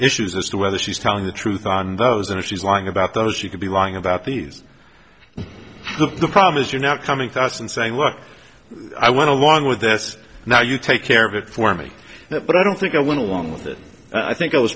issues as to whether she's telling the truth on those and she's lying about those she could be lying about these the problem is you're now coming to us and saying look i want to long with this now you take care of it for me but i don't think i went along with it i think i was